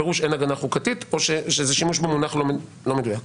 הפירוש הוא שאין הגנה חוקתית או שזה שימוש לא מדויק במונח.